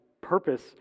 purpose